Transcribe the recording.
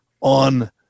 on